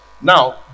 Now